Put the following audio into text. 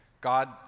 God